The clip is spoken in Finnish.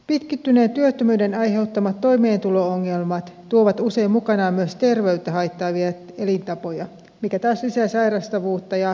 pitkittyneen työttömyyden aiheuttamat toimeentulo ongelmat tuovat usein mukanaan myös terveyttä haittaavia elintapoja mikä taas lisää sairastavuutta ja lyhentää elinikää